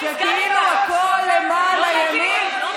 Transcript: שכאילו הכול למען הימין, עוד